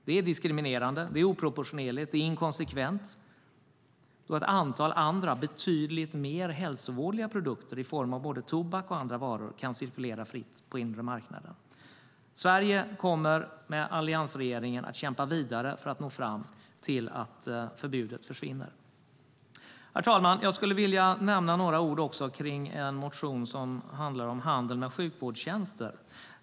Det är diskriminerande, oproportionerligt och inkonsekvent, då ett antal andra betydligt mer hälsovådliga produkter i form av tobak och andra varor fritt kan cirkulera på den inre marknaden. Sverige kommer med alliansregeringen att kämpa vidare för att nå fram till att förbudet försvinner. Herr talman! Jag skulle vilja nämna några ord om en motion som handlar om handel med sjukvårdstjänster.